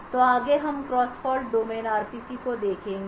तो आगे हम क्रॉस फ़ॉल्ट डोमेन RPC को देखेंगे